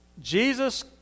Jesus